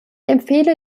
empfehle